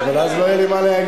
אבל אז לא יהיה לי מה להגיד.